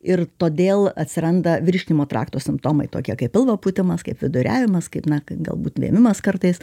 ir todėl atsiranda virškinimo trakto simptomai tokie kaip pilvo pūtimas kaip viduriavimas kaip na galbūt vėmimas kartais